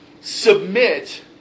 submit